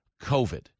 COVID